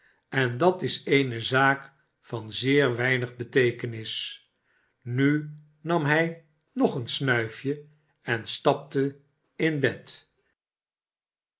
en dat is eene zaak van zeer weinig beteekenis nu nam hij nog een snuifje en stapte in bed